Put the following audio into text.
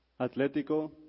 atlético